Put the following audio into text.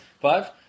Five